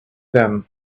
them